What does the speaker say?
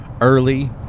early